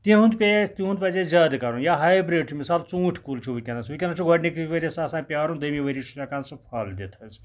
تِہُند پیش تِہُند پَزِ اَسہِ زیادٕ کَرُن یا ہاے بریڈ چھُ مِثال ژوٗنٹھ کُل چھُ وٕنکیٚنس وٕنکیٚنس چھُ گۄڈٕنِکی ؤریَس آسان پیارُن دٔیمہِ ؤریہِ چھُنہٕ ہٮ۪کان سُہ پھل دِتھ حظ